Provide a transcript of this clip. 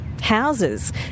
houses